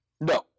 No